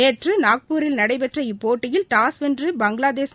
நேற்று நாக்பூரில் நடைபெற்ற இப்போட்டியில் டாஸ் வென்ற பங்களாதேஷ்